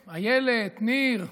אילת, ניר,